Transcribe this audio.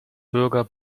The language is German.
bürger